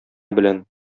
белән